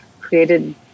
created